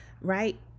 right